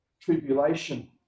tribulation